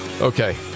Okay